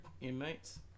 inmates